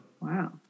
Wow